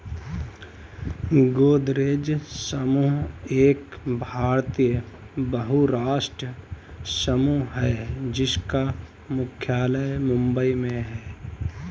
गोदरेज समूह एक भारतीय बहुराष्ट्रीय समूह है जिसका मुख्यालय मुंबई में है